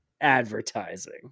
Advertising